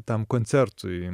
tam koncertui